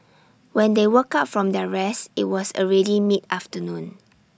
when they woke up from their rest IT was already mid afternoon